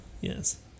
Yes